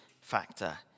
factor